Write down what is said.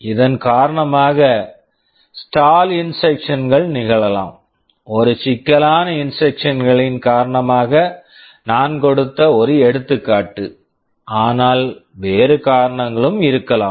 இதன் காரணமாக stall stall instructions instructions கள் நிகழலாம் ஒரு சிக்கலான இன்ஸ்ட்ரக்க்ஷன்ஸ் instructions களின் காரணமாக நான் கொடுத்த ஒரு எடுத்துக்காட்டு ஆனால் வேறு காரணங்களும் இருக்கலாம்